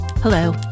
Hello